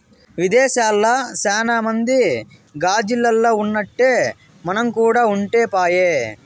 విదేశాల్ల సాన మంది గాజిల్లల్ల ఉన్నట్టే మనం కూడా ఉంటే పాయె